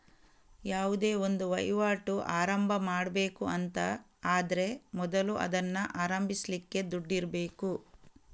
ಯಾವುದೇ ಒಂದು ವೈವಾಟು ಆರಂಭ ಮಾಡ್ಬೇಕು ಅಂತ ಆದ್ರೆ ಮೊದಲು ಅದನ್ನ ಆರಂಭಿಸ್ಲಿಕ್ಕೆ ದುಡ್ಡಿರ್ಬೇಕು